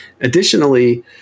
Additionally